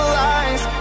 lies